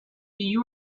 die